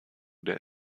der